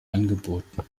angeboten